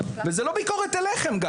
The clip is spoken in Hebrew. זאת אינה ביקורת עליכם.